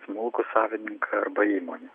smulkų savininką arba įmonę